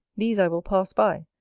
these i will pass by,